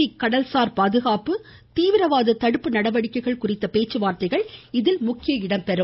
big கடல்சார் பாதுகாப்பு தீவிரவாத தடுப்பு நடவடிக்கைகள் குறித்த பேச்சுவார்த்தைகள் இதில் முக்கிய இடம்பெறும்